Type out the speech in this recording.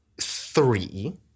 three